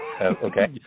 Okay